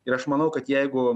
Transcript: ir aš manau kad jeigu